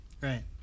right